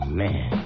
man